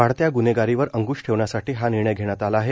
वाढत्या ग्न्हेगारीवर अंक्श ठेवण्यासाठी हा निर्णय घेण्यात आला आहे